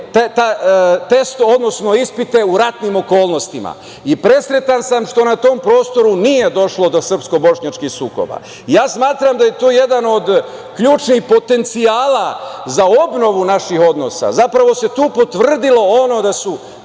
testove, odnosno ispite u ratnim okolnostima. Presretan sam što smo na tom prostoru nije došlo do srpsko-bošnjačkih sukoba, ja smatram da je to jedan od ključnih potencijala za obnovu naših odnosa, zapravo se tu potvrdilo ono da su